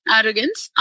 Arrogance